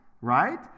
right